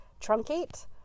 truncate